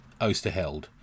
Osterheld